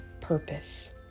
purpose